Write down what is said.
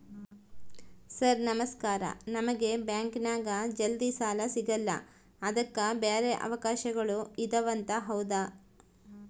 Sir ನಮಸ್ಕಾರ ನಮಗೆ ಬ್ಯಾಂಕಿನ್ಯಾಗ ಜಲ್ದಿ ಸಾಲ ಸಿಗಲ್ಲ ಅದಕ್ಕ ಬ್ಯಾರೆ ಅವಕಾಶಗಳು ಇದವಂತ ಹೌದಾ?